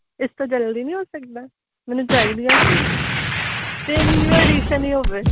ਇਸ ਤੋਂ ਜਲਦੀ ਨਹੀਂ ਹੋ ਸਕਦਾ ਮੈਨੂੰ ਚਾਹੀਦੀਆਂ ਸੀ ਅਤੇ ਨਿਊ ਐਡੀਸ਼ਨ ਹੀ ਹੋਵੇ